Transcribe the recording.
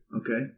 Okay